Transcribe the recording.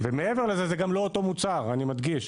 ומעבר לזה, זה גם לא אותו מוצר, אני מדגיש.